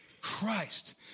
Christ